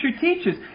teaches